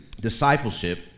Discipleship